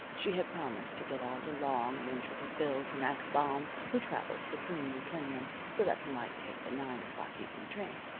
she had promised to get out a long and intricate bill for max baum, who travels for kuhn and klingman, so that he might take the nine o'clock evening train.